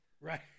Right